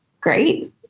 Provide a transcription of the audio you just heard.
great